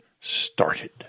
started